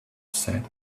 said